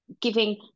giving